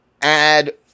add